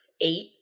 eight